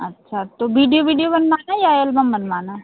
अच्छा तो video video बनवाना है या एल्बम बनवाना है